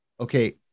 okay